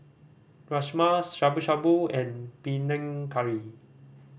Rajma Shabu Shabu and Panang Curry